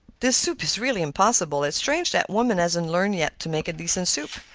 this soup is really impossible it's strange that woman hasn't learned yet to make a decent soup.